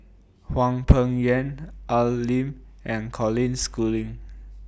Hwang Peng Yuan Al Lim and Colin Schooling